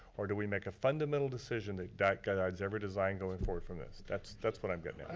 or do we make a fundamental decision that that guides every design going forward from this. that's that's what i'm gettin' at.